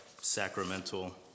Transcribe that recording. sacramental